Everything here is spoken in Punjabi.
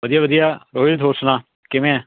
ਵਧੀਆ ਵਧੀਆ ਰੋਹਿਤ ਹੋਰ ਸੁਣਾ ਕਿਵੇਂ ਆ